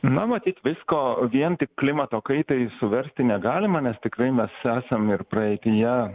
na matyt visko vien tik klimato kaitai suversti negalima nes tikrai mes esam ir praeityje